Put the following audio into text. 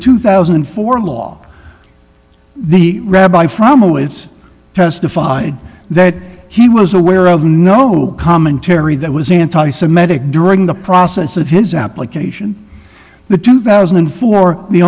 two thousand and four law the rabbi from awaits testified that he was aware of no commentary that was anti semitic during the process of his application the two thousand and four the